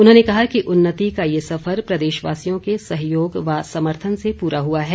उन्होंने कहा कि उन्नति का यह सफर प्रदेशवासियों के सहयोग व समर्थन से पूरा हुआ है